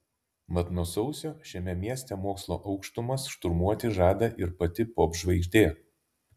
mat nuo sausio šiame mieste mokslo aukštumas šturmuoti žada ir pati popžvaigždė